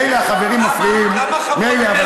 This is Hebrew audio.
מילא החברים מפריעים, מילא.